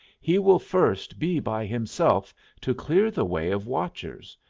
he will first be by himself to clear the way of watchers.